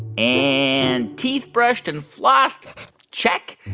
and teeth brushed and flossed check.